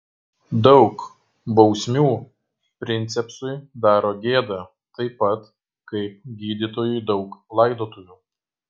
daug bausmių princepsui daro gėdą taip pat kaip gydytojui daug laidotuvių